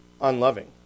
unloving